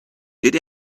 did